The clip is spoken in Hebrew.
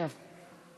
בבקשה.